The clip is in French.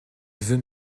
veux